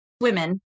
women